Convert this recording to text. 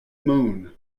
moon